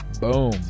Boom